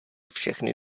všechny